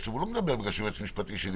הוא לא מדבר בגלל שהוא יועץ משפטי שלי,